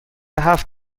هفت